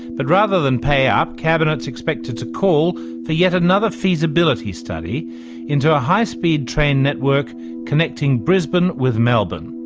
but rather than pay up, cabinet's expected to call for yet another feasibility study into a high speed train network connecting brisbane with melbourne.